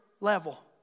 level